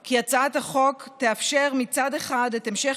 כי הצעת החוק תאפשר מצד אחד את המשך